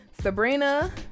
Sabrina